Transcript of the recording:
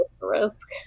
risk